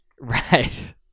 Right